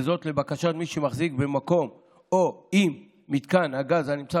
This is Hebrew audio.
וזאת לבקשת מי שמחזיק במקום או אם מתקן הגז הנמצא